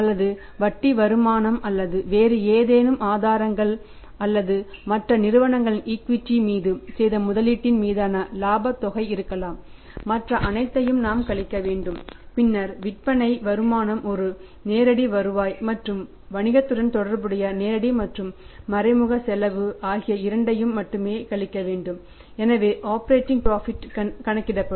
அல்லது வட்டி வருமானம் அல்லது வேறு ஏதேனும் ஆதாரங்கள் அல்லது மற்ற நிறுவனங்களின் ஈக்விட்டி கண்டுபிடிக்கப்படும்